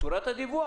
צורת הדיווח.